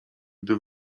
gdy